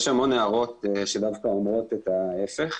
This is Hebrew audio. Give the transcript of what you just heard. יש המון הערות שדווקא אומרות ההיפך,